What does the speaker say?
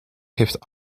heeft